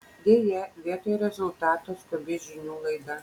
deja vietoj rezultato skubi žinių laida